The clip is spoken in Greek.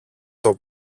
τον